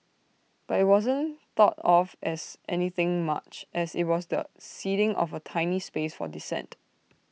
but IT wasn't thought of as anything much as IT was the ceding of A tiny space for dissent